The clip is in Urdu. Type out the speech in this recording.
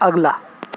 اگلا